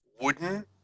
wooden